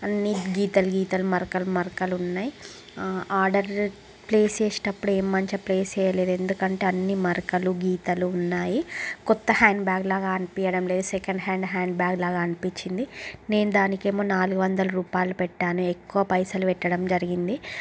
అన్నీ గీతలు గీతలు మరకలు మరకలు ఉన్నాయి ఆర్డర్ ప్లేస్ చేసినప్పుడే ఏం మంచిగ ప్లేస్ చేయలేదు ఎందుకంటే అన్నీ మరకలు గీతలు ఉన్నాయి కొత్త హ్యాండ్బ్యాగ్ లాగా అనిపీవ్వడం లేదు సెకండ్ హ్యాండ్ హ్యాండ్బ్యాగ్ లాగా అనిపిచ్చింది నేను దానికేమో నాలుగు వందల రూపాయలు పెట్టాను ఎక్కువ పైసలు పెట్టడం జరిగింది